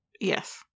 Yes